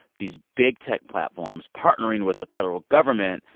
these big tech platforms partnering with the federal government.